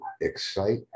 excite